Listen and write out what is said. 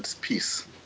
peace